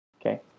Okay